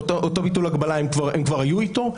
הם כבר היו עם אותו ביטול הגבלה.